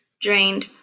drained